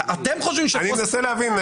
אתם חושבים שפוסט --- אני מנסה להבין,